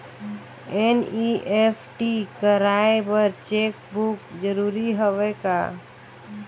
NEFT कराय बर cheque book जरूरी हवय का?